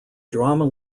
drama